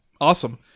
awesome